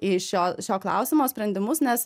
į šio šio klausimo sprendimus nes